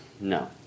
no